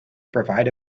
provide